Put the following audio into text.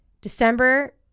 December